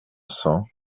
cents